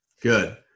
Good